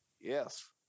Yes